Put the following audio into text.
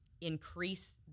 increase